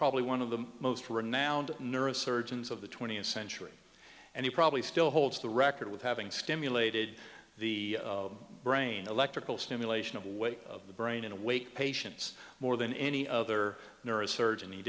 probably one of the most renowned neurosurgeons of the twentieth century and he probably still holds the record with having stimulated the brain electrical stimulation of way of the brain in awake patients more than any other neurosurgeon the